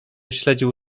śledził